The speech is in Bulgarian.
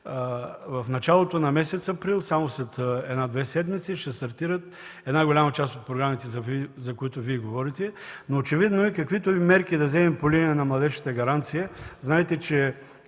В началото на месец април, само след една-две седмици, ще стартират една голяма част от програмите, за които Вие говорите. Обаче е очевидно, каквито и мерки да вземем по линия на „Младежката гаранция”,